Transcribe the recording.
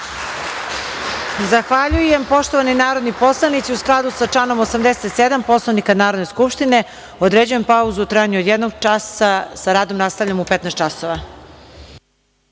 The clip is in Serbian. Zahvaljujem. Poštovani narodni poslanici, u skladu sa članom 87. Poslovnika Narodne skupštine, određujem pauzu u trajanju od jednog časa i sa radom nastavljamo u 15.00